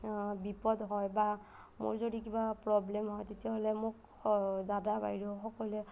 বিপদ হয় বা মোৰ যদি কিবা প্ৰব্লেম হয় মোক দাদা বাইদেউ সকলোৱে